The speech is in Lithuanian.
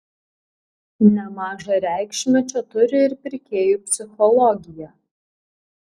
nemažą reikšmę čia turi ir pirkėjų psichologija